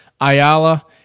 Ayala